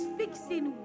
fixing